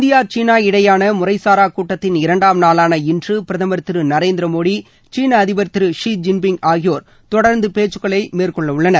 India China இடையேயான முறைசாரா கூட்டத்தின் இரண்டாம் நாளான இன்று பிரதமர் திரு நரேந்திர மோடி சீன அதிபர் திரு லி ஜின்பிங் ஆகியோர் தொடர்ந்து பேச்சுகளை மேற்கொள்ள உள்ளனர்